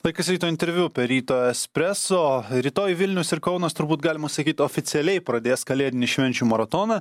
laikas ryto interviu per ryto espreso rytoj vilnius ir kaunas turbūt galima sakyt oficialiai pradės kalėdinį švenčių maratoną